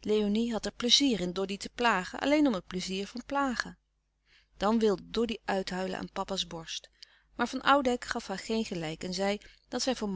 léonie had er pleizier in doddy te plagen alleen om het pleizier van plagen dan wilde doddy uithuilen aan papa's borst maar van oudijck gaf haar geen gelijk en zei dat zij voor